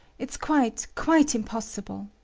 it's quite, quite impossible!